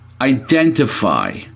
identify